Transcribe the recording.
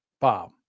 Bob